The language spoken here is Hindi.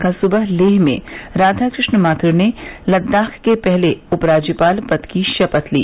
कल सुबह लेह में राधा क्रष्ण माथ्र ने लदाख के पहले उपराज्यपाल पद की शपथ ली